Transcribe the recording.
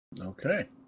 Okay